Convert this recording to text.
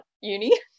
uni